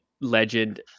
legend